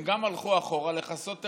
הם גם הלכו אחורה לכסות ערווה.